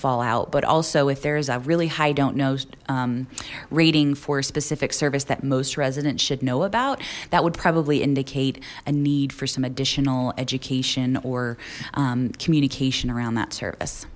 fall out but also if there is a really high don't know rating for a specific service that most residents should know about that would probably indicate a need for some additional education or communication around that service